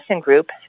group